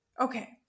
Okay